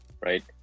right